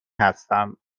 هستم